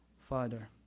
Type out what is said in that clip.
father